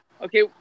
Okay